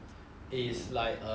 is like um